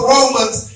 Romans